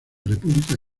república